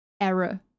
error